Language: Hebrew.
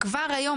כבר היום,